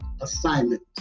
assignment